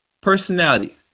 personality